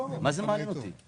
באחד היא מעבירה 75% שזה